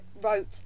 Wrote